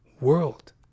world